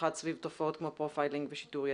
במיוחד סביב תופעות של פרופיילינג ושיטור יתר.